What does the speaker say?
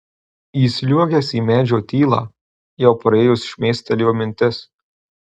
įsliuogęs į medžio tylą jau praėjus šmėstelėjo mintis